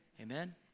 Amen